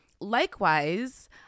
likewise